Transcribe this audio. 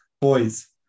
Boys